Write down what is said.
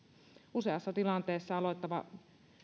useassa tilanteessa aloittava